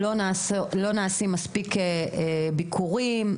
לא נעשים מספיק ביקורים,